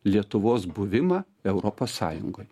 lietuvos buvimą europos sąjungoj